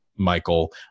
Michael